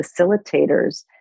facilitators